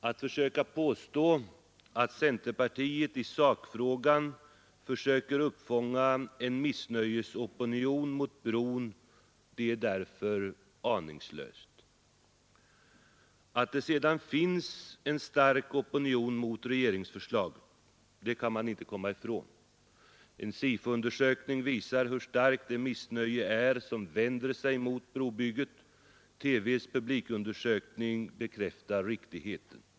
Att försöka påstå att centerpartiet i sakfrågan försöker uppfånga en missnöjesopinion mot bron är därför aningslöst. Att det sedan finns en stark opinion mot regeringsförslaget kan man inte komma ifrån, en SIFO-undersökning visar hur starkt det missnöje är som vänder sig emot brobygget. TV:s publikundersökning bekräftar riktigheten.